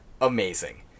amazing